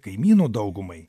kaimynų daugumai